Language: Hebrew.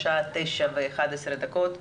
השעה 9:11 דקות,